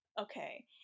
okay